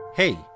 Hey